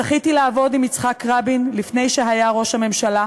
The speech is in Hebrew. זכיתי לעבוד עם יצחק רבין לפני שהיה ראש הממשלה,